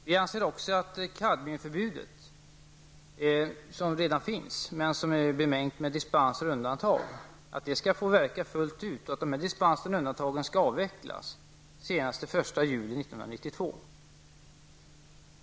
Vi anser också att kadmiumförbudet, som redan finns men som är bemängt med dispenser och undantag skall få verka fullt ut, dvs. att dispenserna och undantagen skall avvecklas senast den 1 juli 1992.